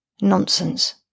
Nonsense